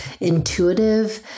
intuitive